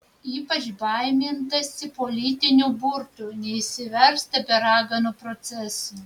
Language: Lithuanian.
ypač baimintasi politinių burtų neišsiversta be raganų procesų